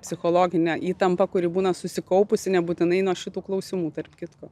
psichologine įtampa kuri būna susikaupusi nebūtinai nuo šitų klausimų tarp kitko